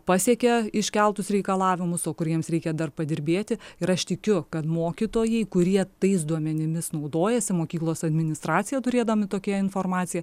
pasiekia iškeltus reikalavimus o kur jiems reikia dar padirbėti ir aš tikiu kad mokytojai kurie tais duomenimis naudojasi mokyklos administracija turėdami tokią informaciją